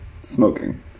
smoking